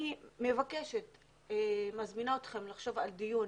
אני מזמינה אתכם לחשוב על דיון,